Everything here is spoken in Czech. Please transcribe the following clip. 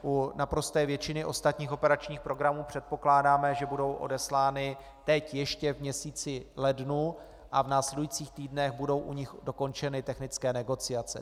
U naprosté většiny ostatních operačních programů předpokládáme, že budou odeslány teď, ještě v měsíci lednu, a v následujících týdnech budou u nich dokončeny technické negociace.